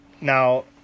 now